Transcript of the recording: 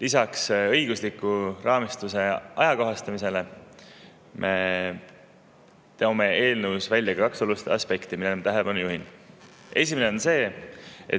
Lisaks õigusliku raamistuse ajakohastamisele me toome eelnõus välja kaks olulist aspekti, millele ma tähelepanu juhin. Esimene on see,